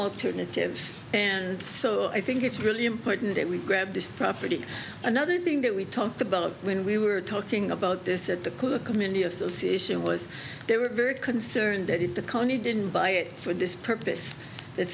alternative and so i think it's really important that we grab this property another thing that we've talked about when we were talking about this at the call a community association was they were very concerned that if the county didn't buy it for this purpose that